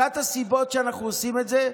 אחת הסיבות שאנחנו עושים את זה,